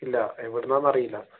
ഇല്ല എവടെന്നാന്നറിയില്ല